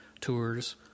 tours